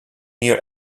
near